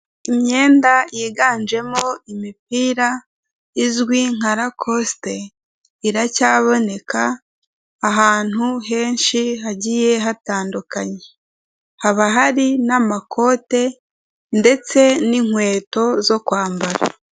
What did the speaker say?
Imyenda yiganjemo imipira izwi nka Lacoste, iracyaboneka ahantu henshi hagiye hatandukanye haba hari n'amakote ndetse n'inkweto zo kwambara.